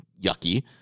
yucky